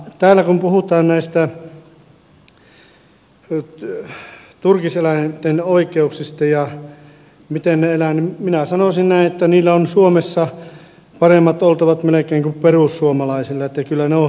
täällä kun puhutaan näistä turkiseläinten oikeuksista ja siitä miten ne elävät niin minä sanoisin näin että niillä on suomessa melkein paremmat oltavat kuin perussuomalaisilla että kyllä ne on hyvin hoidettu